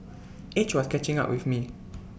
age was catching up with me